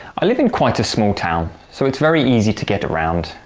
i live in quite a small town, so it's very easy to get around.